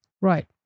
Right